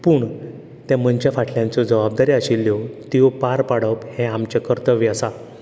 पूण ते मनशा फाटल्यान ज्यो जबाबदारी आशिल्ल्यो त्यो पार पाडप हें आमचें कर्तव्य आसा